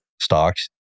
stocks